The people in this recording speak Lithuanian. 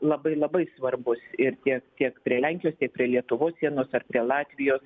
labai labai svarbus ir tiek tiek prie lenkijos tiek prie lietuvos sienos ar prie latvijos